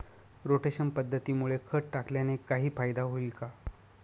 Rotation पद्धतीमुळे खत टाकल्याने काही फायदा होईल का?